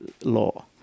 law